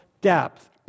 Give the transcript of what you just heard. depth